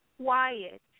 quiet